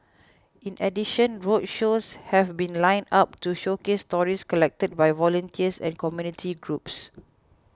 in addition roadshows have been lined up to showcase stories collected by volunteers and community groups